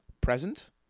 present